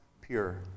pure